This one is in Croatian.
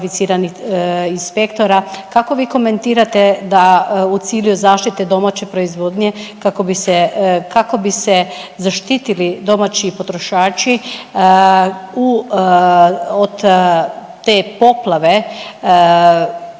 Kako vi komentirate da u cilju zaštite domaće proizvodnje kako bi se zaštitili domaći potrošači u, od, te poplave